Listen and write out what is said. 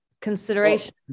consideration